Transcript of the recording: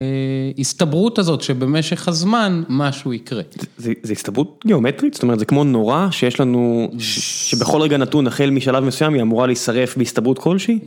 הסתברות הזאת שבמשך הזמן משהו יקרה. זה הסתברות גיאומטרית? זאת אומרת זה כמו נורה שיש לנו שבכל רגע נתון החל משלב מסוים היא אמורה להיסרף בהסתברות כלשהי?